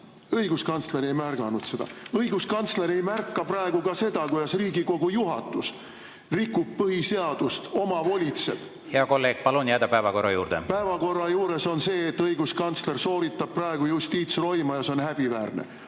õiguskantsler ei märganud seda. Õiguskantsler ei märka praegu ka seda, kuidas Riigikogu juhatus rikub põhiseadust ja omavolitseb. Hea kolleeg, palun jääda päevakorra juurde! Päevakorra juures on see, et õiguskantsler sooritab praegu justiitsroima ja see on häbiväärne.